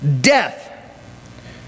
death